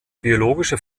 biologische